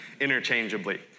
interchangeably